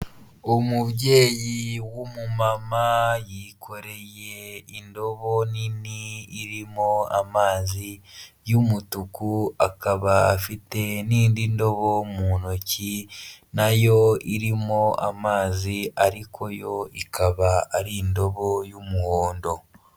Umubyeyi w'umumama yikoreye indobo nini irimo amazi y'umutuku akaba afite n'indi ndobo mu ntoki nayo irimo amazi ariko yo ikaba ari indobo y'umuhondo.